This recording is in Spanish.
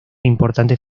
importantes